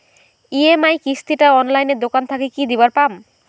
EMI কিস্তি টা অনলাইনে দোকান থাকি কি দিবার পাম?